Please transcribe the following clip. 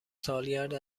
سالگرد